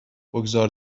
بگذار